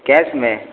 cash में